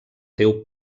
déu